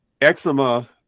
eczema